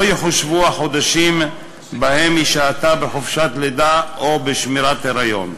לא יחושבו החודשים שבהם היא שהתה בחופשת לידה או בשמירת היריון.